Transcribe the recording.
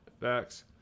Facts